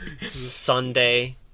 Sunday